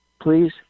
Please